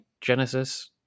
Genesis